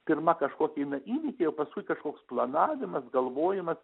pirma kažkoki eina įvykiai o paskui kažkoks planavimas galvojimas